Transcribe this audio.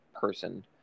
person